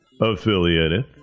affiliated